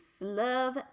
love